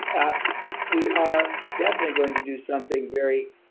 ah we are definitely going to do something very